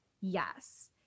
yes